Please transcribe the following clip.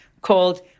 called